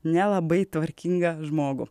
nelabai tvarkingą žmogų